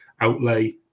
outlay